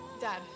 dad